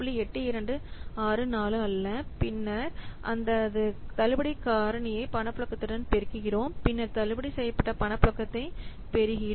8264 அல்ல பின்னர் இந்த தள்ளுபடி காரணியை பணப்புழக்கத்துடன் பெருக்குகிறோம் பின்னர் தள்ளுபடி செய்யப்பட்ட பணப்புழக்கத்தைப் பெறுகிறோம்